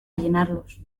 llenarlos